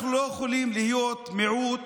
אנחנו לא יכולים להיות מיעוט